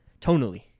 Tonally